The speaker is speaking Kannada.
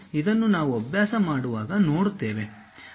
ಇದನ್ನು ನಾವು ಅಭ್ಯಾಸ ಮಾಡುವಾಗ ನೋಡುತ್ತೇವೆ